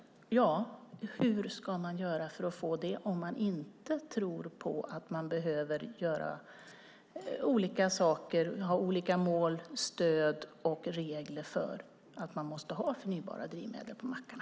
Ja, då undrar jag: Hur ska man göra för att få det om man inte tror att man behöver göra olika saker, ha olika mål, stöd och regler för att man måste ha förnybara drivmedel på mackarna?